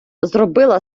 зробила